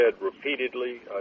repeatedly